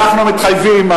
אנחנו מתחייבים,